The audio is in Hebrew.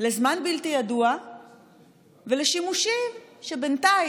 לזמן בלתי ידוע ולשימושים שבינתיים,